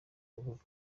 rubura